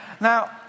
Now